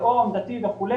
לאום, דתי וכו',